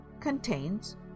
contains